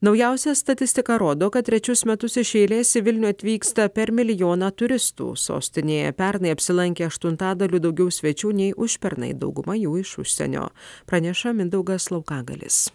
naujausia statistika rodo kad trečius metus iš eilės į vilnių atvyksta per milijoną turistų sostinėje pernai apsilankė aštuntadaliu daugiau svečių nei užpernai dauguma jų iš užsienio praneša mindaugas laukagaliais